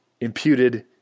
imputed